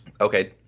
Okay